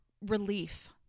relief